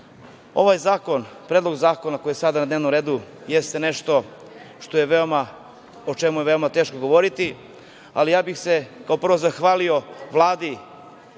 SNS.Ovaj Predlog zakona koji je sada na dnevnom redu jeste nešto o čemu je veoma teško govoriti, ali bih se prvo zahvalio Vladi,